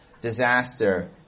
disaster